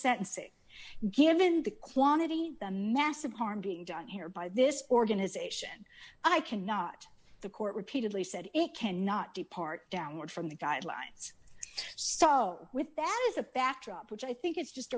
sentences given the quantity the mass of harm being done here by this organization i cannot the court repeatedly said it cannot be part downward from the guidelines so with that as a backdrop which i think is just